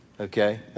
okay